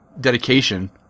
dedication